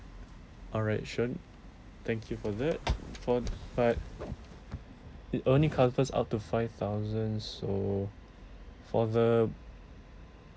alright sure thank you for that for but it only covers up to five thousand so for the